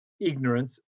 ignorance